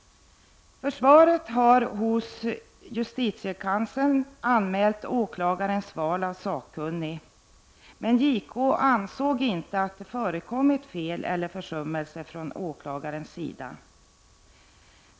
Försvaret har hos justitiekanslern anmält åklagarens val av sakkunnig, men justitiekanslern ansåg inte att det förekommit fel eller försummelser från åklagarens sida.